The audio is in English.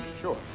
sure